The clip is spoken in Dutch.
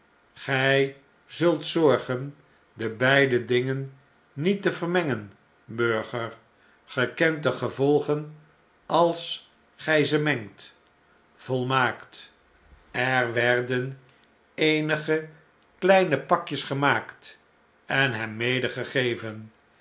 ge zult zorgen de beide dingen niet te vermengen burger ge kent de gevolgen als gij ze mengt volmaakt er werden eenige kleine pakjes gemaakt en